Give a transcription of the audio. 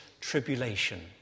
tribulation